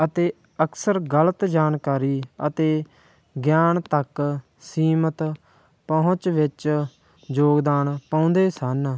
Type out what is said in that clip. ਅਤੇ ਅਕਸਰ ਗਲਤ ਜਾਣਕਾਰੀ ਅਤੇ ਗਿਆਨ ਤੱਕ ਸੀਮਿਤ ਪਹੁੰਚ ਵਿੱਚ ਯੋਗਦਾਨ ਪਾਉਂਦੇ ਸਨ